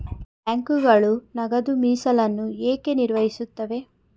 ಬ್ಯಾಂಕುಗಳು ನಗದು ಮೀಸಲನ್ನು ಏಕೆ ನಿರ್ವಹಿಸುತ್ತವೆ?